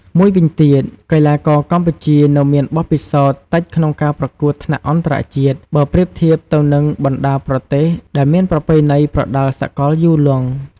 មួយវិញទៀត កីឡាករកម្ពុជានៅមានបទពិសោធន៍តិចក្នុងការប្រកួតថ្នាក់អន្តរជាតិ បើប្រៀបធៀបទៅនឹងបណ្តាប្រទេសដែលមានប្រពៃណីប្រដាល់សកលយូរលង់។